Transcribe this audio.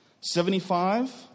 Seventy-five